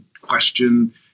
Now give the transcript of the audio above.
question